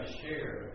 share